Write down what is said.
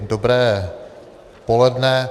Dobré poledne.